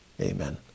Amen